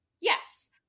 Yes